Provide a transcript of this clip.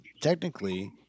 technically